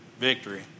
victory